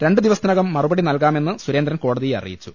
രണ്ടു ദിവസത്തിനകം മറുപടി നൽകാ മെന്ന് സുരേന്ദ്രൻ കോടതിയെ അറിയിച്ചു